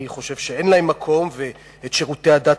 אני חושב שאין להן מקום ואת שירותי הדת